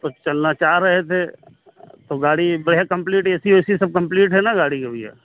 तो चलना चाह रहे थे तो गाड़ी में है कंप्लीट ऐसी वैसी सब कंप्लीट हैं ना गाड़ी का भैया